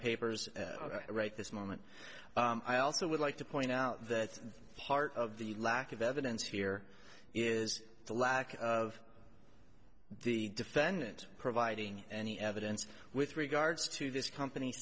papers right this moment i also would like to point out that part of the lack of evidence here is the lack of the defendant providing any evidence with regards to this company